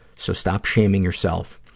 so stop shaming yourself.